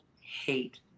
hate